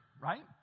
right